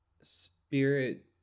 Spirit